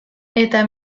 eta